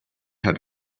had